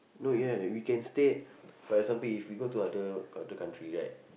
no ya we can stay for example if we go to other country right